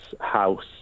house